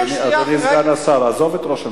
אדוני סגן השר, עזוב את ראש הממשלה.